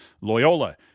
Loyola